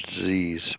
disease